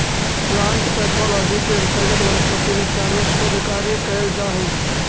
plant pathology के अंतर्गत वनस्पति विज्ञान में शोध कार्य कैल जा हइ